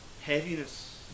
heaviness